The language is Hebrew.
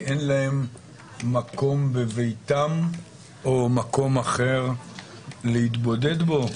כי אין להם מקום בביתם או מקום אחר להתבודד בו?